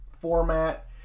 format